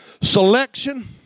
selection